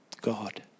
God